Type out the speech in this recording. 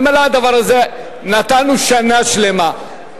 נתנו שנה שלמה.